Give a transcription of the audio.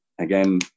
Again